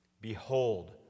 Behold